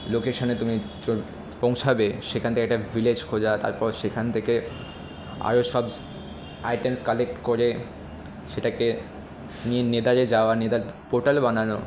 লোকেশানে তুমি চ পৌঁছাবে সেখান থেকে একটা ভিলেজ খোঁজা তারপর সেখান থেকে আরও সবস আইটেমস কালেক্ট করে সেটাকে নিয়ে নেদারে যাওয়া নেদার পোর্টাল বানানো